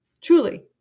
Truly